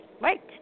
Right